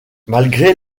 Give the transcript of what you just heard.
malgré